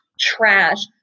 trash